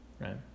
Right